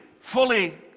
fully